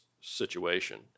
situation